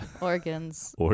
Organs